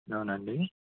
అవునా అండి